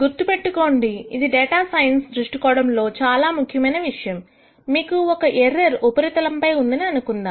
గుర్తుపెట్టుకోండి ఇది data science దృష్టికోణంలో చాలా ముఖ్యమైన విషయం మీకు ఒక ఎర్రర్ ఉపరితలంపై ఉందని అనుకుందాము